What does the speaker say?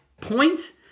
point